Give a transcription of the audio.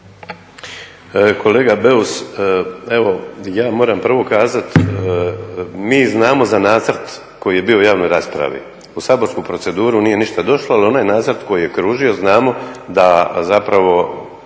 Kolega Beus, evo ja moram prvo kazati mi znamo za nacrt koji je bio u javnoj raspravi. U saborsku proceduru nije ništa došlo ali onaj nacrt koji je kružio znamo da zapravo